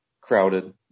crowded